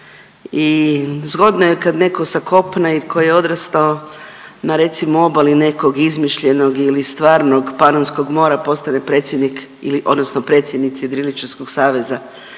i zgodno je kad netko sa kopna i tko je odrastao na recimo, obali nekog izmišljenog ili stvarnog Panonskog mora postane predsjednik odnosno predsjednici jedriličarskog saveza,